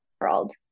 world